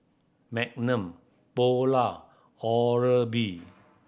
Magnum Polar Oral B